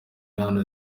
hano